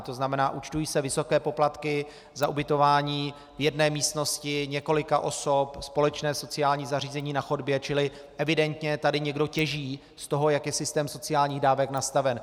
To znamená, účtují se vysoké poplatky za ubytování v jedné místnosti několika osob, společné sociální zařízení na chodbě, čili evidentně tady někdo těží z toho, jak je systém sociálních dávek nastaven.